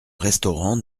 restaurant